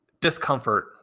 discomfort